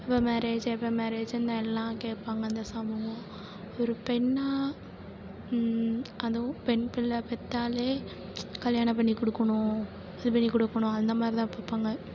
எப்போ மேரேஜ் எப்போ மேரேஜுன்னு எல்லாம் கேட்பாங்க இந்த சமூகம் ஒரு பெண்ணாக அந்த பெண் பிள்ளை பெற்றாலே கல்யாணம் பண்ணிக் கொடுக்கணும் கொடுக்கணும் அந்த மாதிரி தான் பார்ப்பாங்க